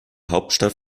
hauptstadt